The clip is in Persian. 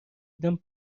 دیدم